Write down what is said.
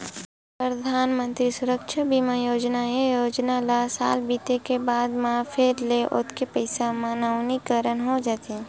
परधानमंतरी सुरक्छा बीमा योजना, ए योजना ल साल बीते के बाद म फेर ले ओतके पइसा म नवीनीकरन हो जाथे